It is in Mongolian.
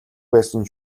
байсан